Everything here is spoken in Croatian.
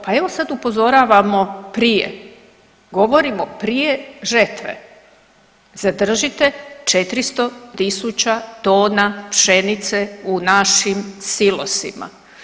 Pa evo sad upozoravamo prije, govorimo prije žetve, zadržite 400.000 tona pšenice u našim silosima.